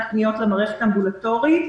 מבחינת פניות למערכת האמבולטורית.